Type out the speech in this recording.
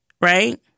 right